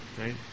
right